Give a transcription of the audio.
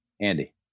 Andy